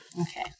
Okay